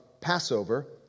Passover